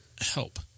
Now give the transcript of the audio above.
help